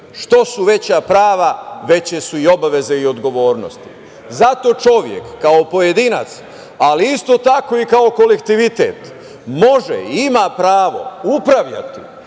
Što su veća prava, veće su i obaveze i odgovornosti. Zato čovek kao pojedinac, ali isto tako kao i kao kolektivitet može i ima pravo upravljati